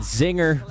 zinger